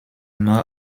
more